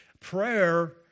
prayer